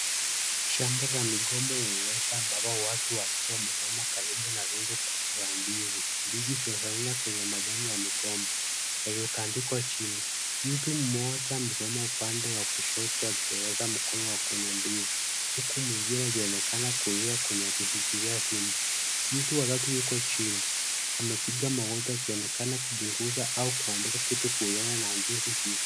Shamba la migomba linaonyesha ambapo watu wanatoa mazao karibu na rundo kubwa la ndizi. Ndizi zimetandikwa kwenye majani ya migomba, yaliyotandikwa chini. Mtu mmoja amesimama upande wa kushoto akielekeza mkono kwenye ndizi. Huku mwingine ikionekana kulia kwenye akishikilia fimbo. Mtu wa tatu yuko chini, amepiga magoti akionekana kuchunguza au kuandika kitu kuhusiana na ndizi hizo.